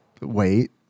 wait